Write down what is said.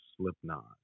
Slipknot